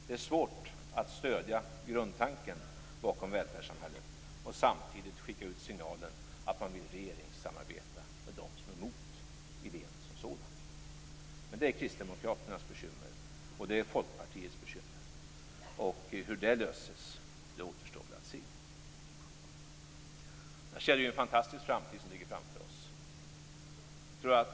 Det är svårt att stödja grundtanken bakom välfärdssamhället och samtidigt skicka ut signalen att man vill regeringssamarbeta med dem som är emot idéen som sådan. Det är Kristdemokraternas och Folkpartiets bekymmer. Hur det löses återstår väl att se. Annars är det en fantastisk framtid som ligger framför oss.